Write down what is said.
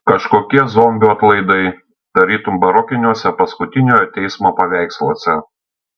kažkokie zombių atlaidai tarytum barokiniuose paskutiniojo teismo paveiksluose